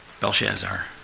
Belshazzar